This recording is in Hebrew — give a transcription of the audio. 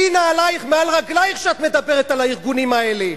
שלי נעלייך מעל רגלייך כשאת מדברת על הארגונים האלה.